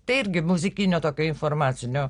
tai irgi muzikinio tokio informacinio